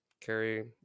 carry